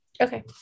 Okay